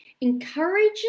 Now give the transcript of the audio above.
encourages